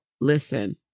Listen